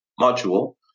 module